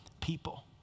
people